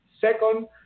Second